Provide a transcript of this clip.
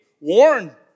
Warn